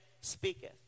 speaketh